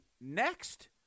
next